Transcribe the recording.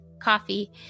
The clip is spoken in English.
coffee